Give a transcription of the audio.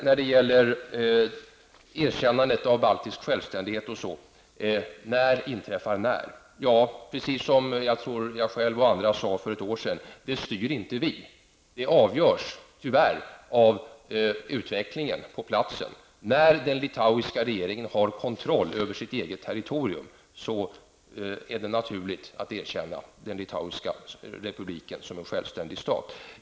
När det gäller erkännandet av baltisk självständighet fråga Inger Schörling: När inträffar när? Precis som jag tror att jag själv och andra sade för ett år sedan: Det styr inte vi. Det avgörs tyvärr av utvecklingen på platsen. När den litauiska regeringen har kontroll över sitt territorium, är det naturligt att erkänna den litauiska republiken som en självständig stat.